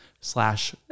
slash